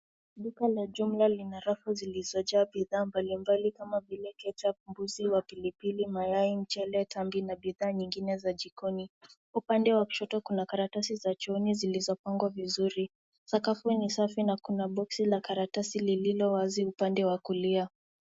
Duka la jumla lina rafu zilizojaa bidhaa mbalimbali kama vile ketchup, mbuzi wa pilipili ,mayai ,mchele, tambi na bidhaa nyingine za jikoni ,upande wa kushoto kuna karatasi za chooni zilizopangwa vizuri ,sakafu safi na kuna boxi la karatasi lililo wazi upande wa kulia.